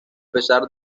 pesar